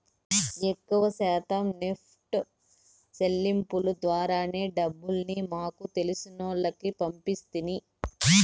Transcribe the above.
ఎక్కవ శాతం నెప్టు సెల్లింపుల ద్వారానే డబ్బుల్ని మాకు తెలిసినోల్లకి పంపిస్తిని